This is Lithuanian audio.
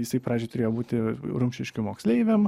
isai pradžioj turėjo būti rumšiškių moksleiviam